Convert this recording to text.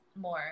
more